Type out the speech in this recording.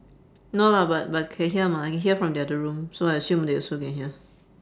no lah but but can hear mah I can hear from the other room so I assume they also can hear